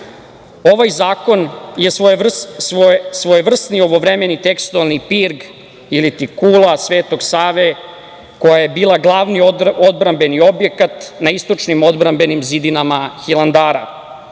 mali. Ovaj zakon je svojevrsni ovovremeni tekstualni pirg, iliti kula Svetog Save, koja je bila glavni odbrambeni objekat na istočnim odbrambenim zidinama Hilandara. Prva